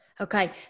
Okay